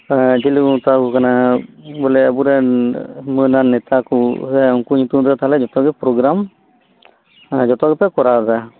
ᱪᱤᱞᱤ ᱠᱚ ᱢᱮᱛᱟᱣᱟᱠᱚ ᱠᱟᱱᱟ ᱵᱚᱞᱮ ᱟᱵᱚᱨᱮᱱ ᱢᱟᱹᱱᱟᱱ ᱱᱮᱛᱟ ᱠᱚ ᱩᱱᱠᱩ ᱧᱩᱛᱩᱢ ᱛᱮ ᱛᱟᱞᱦᱮ ᱡᱚᱛᱚ ᱜᱮ ᱯᱨᱳᱜᱨᱟᱢ ᱛᱟᱞᱦᱮ ᱡᱚᱛᱚ ᱜᱮᱯᱮ ᱠᱚᱨᱟᱣᱫᱟ